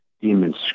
demons